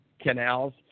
canals